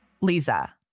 Lisa